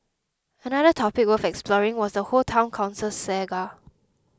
another topic worth exploring was the whole Town Council saga